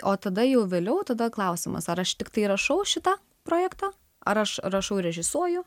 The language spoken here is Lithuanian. o tada jau vėliau tada klausimas ar aš tiktai rašau šitą projektą ar aš rašau režisuoju